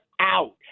out